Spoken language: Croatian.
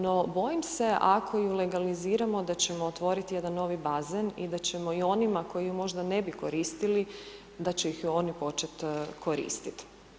No bojim se ako ju legaliziramo da ćemo otvoriti jedan novi bazen i da ćemo i onima koji ju možda ne bi koristiti, da će ih i oni počet koristiti.